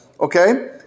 Okay